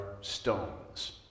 stones